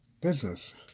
business